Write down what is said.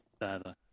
further